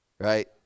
Right